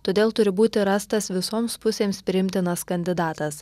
todėl turi būti rastas visoms pusėms priimtinas kandidatas